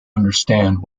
understand